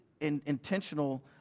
intentional